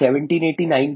1789